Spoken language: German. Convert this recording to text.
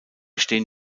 stehen